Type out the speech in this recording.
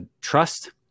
trust